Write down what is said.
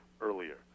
earlier